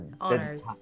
honors